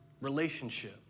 relationship